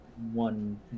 One